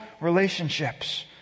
relationships